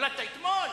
נולדת אתמול?